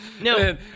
No